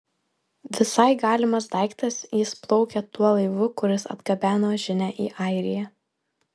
visai galimas daiktas jis plaukė tuo laivu kuris atgabeno žinią į airiją